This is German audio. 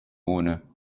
ohne